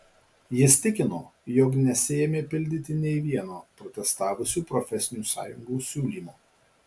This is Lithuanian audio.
jis tikino jog nesiėmė pildyti nė vieno protestavusių profesinių sąjungų siūlymo